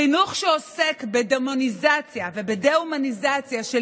חינוך שעוסק בדמוניזציה ובדה-הומניזציה של